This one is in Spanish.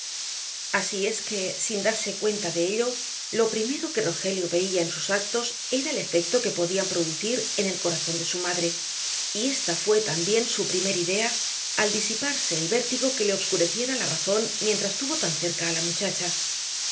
así es que sin darse cuenta de ello lo primero que rogelio veía en sus actos era el efecto que podían producir en el corazón de su madre y ésta fué también su primer idea al disiparse el vértigo que le obscureciera la razón mientras tuvo tan cerca á la muchacha